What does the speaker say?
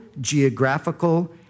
geographical